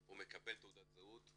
הוא מקבל תעודת זהות,